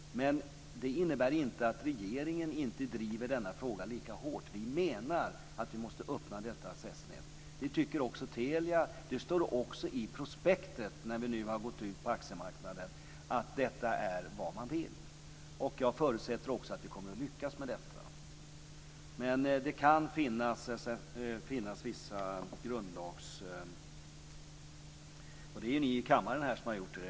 Men det innebär inte att regeringen inte driver denna fråga lika hårt. Vi menar att vi måste öppna detta accessnät. Det tycker också Telia. Det står också i prospektet, när vi nu har gått ut på aktiemarknaden, att detta är vad man vill. Jag förutsätter också att vi kommer att lyckas med detta. Men det kan finnas vissa grundlagshinder. Det är ni i kammaren som har gjort det.